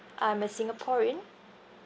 I'm a singaporean